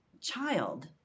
child